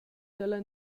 dalla